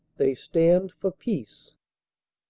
they stand for peace.